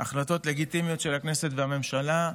החלטות לגיטימיות של הכנסת והממשלה,